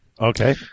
Okay